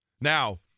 Now